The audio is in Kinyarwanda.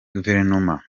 guverinoma